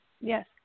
Yes